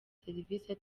serivisi